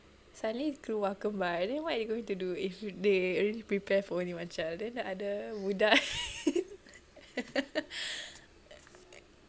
suddenly keluar kembar and then what are they going to do if they already prepare for only one child and then the other budak eh